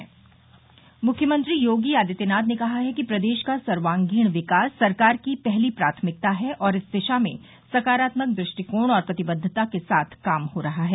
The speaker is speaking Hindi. मूख्यमंत्री योगी आदित्यनाथ ने कहा है कि प्रदेश का सर्वागीण विकास सरकार की पहली प्राथमिकता है और इस दिशा में सकारात्मक दृष्टिकोण और प्रतिबद्वता के साथ काम हो रहा है